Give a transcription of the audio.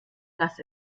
lass